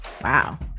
Wow